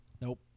Nope